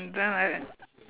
and then I